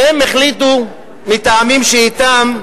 והם החליטו, מטעמים שאתם,